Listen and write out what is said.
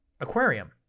aquarium